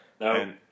No